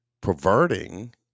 perverting